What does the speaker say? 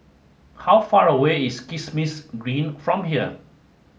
how far away is Kismis Green from here